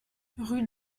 rue